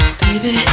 baby